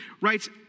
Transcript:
writes